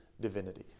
divinity